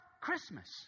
Christmas